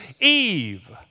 Eve